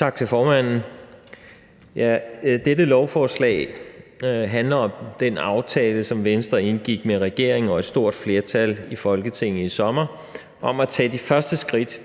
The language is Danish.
Tak til formanden. Dette lovforslag handler om den aftale, som Venstre indgik med regeringen og et stort flertal i Folketinget i sommer, om at tage de første skridt